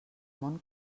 món